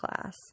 class